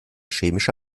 chemische